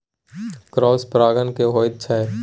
Cross परागण की होयत छै?